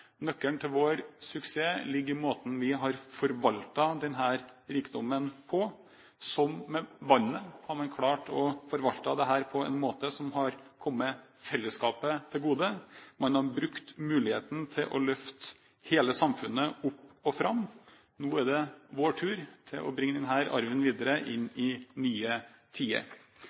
Nøkkelen til vår suksess ligger i måten vi har forvaltet denne rikdommen på. Som med vannet har man klart å forvalte dette på en måte som har kommet fellesskapet til gode. Man har brukt muligheten til å løfte hele samfunnet opp og fram. Nå er det vår tur til å bringe denne arven videre inn i nye tider,